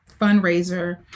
fundraiser